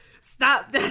stop